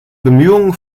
bemühungen